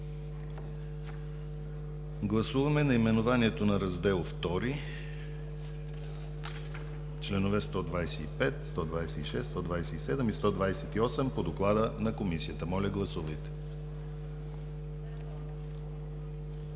Гласуваме наименованието на Раздел II, членове 125, 126, 127 и 128 по доклада на Комисията. Гласували